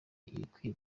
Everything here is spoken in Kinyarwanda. ibikwiye